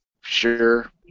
sure